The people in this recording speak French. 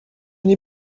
n’ai